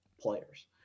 players